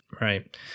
Right